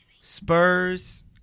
Spurs